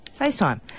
FaceTime